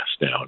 down